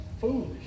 foolish